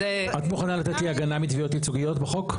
את מוכנה לתת לי הגנה מתביעות ייצוגיות בחוק?